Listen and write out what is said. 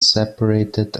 separated